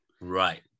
Right